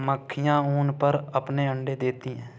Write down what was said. मक्खियाँ ऊन पर अपने अंडे देती हैं